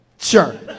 Sure